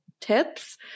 tips